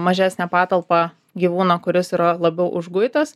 mažesnę patalpą gyvūną kuris yra labiau užguitas